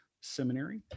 Seminary